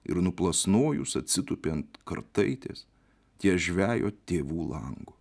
ir nuplasnojus atsitūpė ant kartaitės ties žvejo tėvų langu